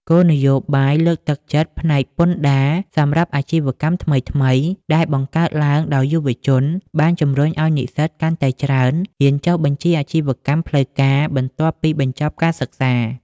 គោលនយោបាយលើកទឹកចិត្តផ្នែកពន្ធដារសម្រាប់អាជីវកម្មថ្មីៗ ដែលបង្កើតឡើងដោយយុវជន បានជម្រុញឱ្យនិស្សិតកាន់តែច្រើនហ៊ានចុះបញ្ជីអាជីវកម្មផ្លូវការបន្ទាប់ពីបញ្ចប់ការសិក្សា។